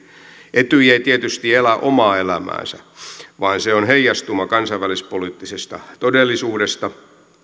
etyj ei tietysti elä omaa elämäänsä vaan se on heijastuma kansainvälispoliittisesta todellisuudesta